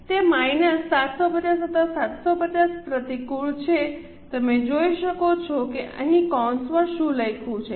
તે માઇનસ 750 અથવા 750 પ્રતિકૂળ છે તમે જોઈ શકો છો કે અહીં કૌંસમાં શું લખ્યું છે